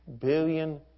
billion